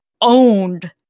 owned